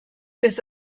bis